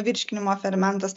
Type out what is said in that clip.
virškinimo fermentas